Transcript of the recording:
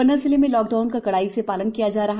पन्ना जिले में lockdown का कड़ाई से पालन किया जा रहा